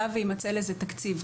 היה ויימצא לזה תקציב.